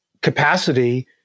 capacity